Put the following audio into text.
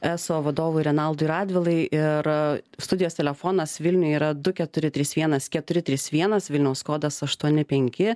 eso vadovui renaldui radvilai ir studijos telefonas vilniuj yra du keturi trys vienas keturi trys vienas vilniaus kodas aštuoni penki